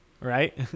right